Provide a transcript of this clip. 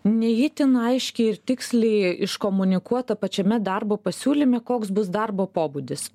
ne itin aiškiai ir tiksliai iškomunikuota pačiame darbo pasiūlyme koks bus darbo pobūdis